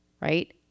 right